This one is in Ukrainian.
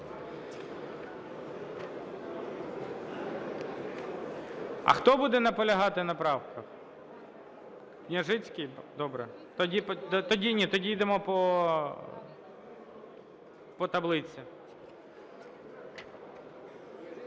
А хто буде наполягати на правках? Княжицький. Добре. Тоді йдемо по таблиці.